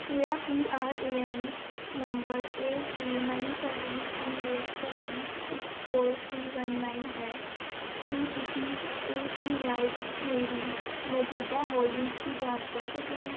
ਮੇਰਾ P R A N number eight two nine seven three eight seven six four three one nine ਹੈ ਕੀ ਤੁਸੀਂ A P Y ਵਿੱਚ ਮੇਰੀ ਮੌਜੂਦਾ ਹੋਲਡਿੰਗਜ਼ ਦੀ ਜਾਂਚ ਕਰ ਸਕਦੇ ਹੋ